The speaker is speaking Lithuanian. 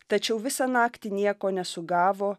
tačiau visą naktį nieko nesugavo